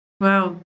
Wow